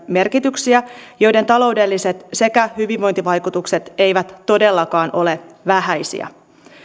merkityksiä joiden taloudelliset sekä hyvinvointivaikutukset eivät todellakaan ole vähäisiä